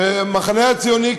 שהמחנה הציוני,